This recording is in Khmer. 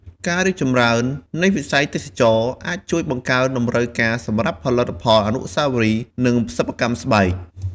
ការរីកចម្រើននៃវិស័យទេសចរណ៍អាចជួយបង្កើនតម្រូវការសម្រាប់ផលិតផលអនុស្សាវរីយ៍ និងសិប្បកម្មស្បែក។